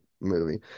movie